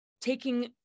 taking